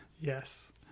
Yes